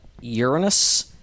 uranus